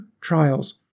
trials